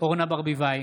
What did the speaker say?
אורנה ברביבאי,